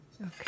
Okay